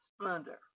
Splendor